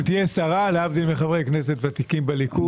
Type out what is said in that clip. והיא גם תהיה שרה להבדיל מחברי כנסת ותיקים בליכוד.